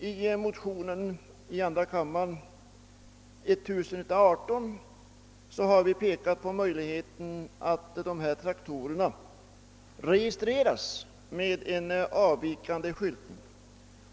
I motionen II: 1118 har vi påpekat möjligheten att traktorerna registreras och förses med en avvikande skyltning.